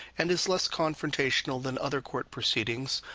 and is less confrontational than other court proceedings,